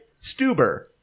Stuber